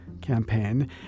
campaign